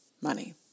money